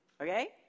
Okay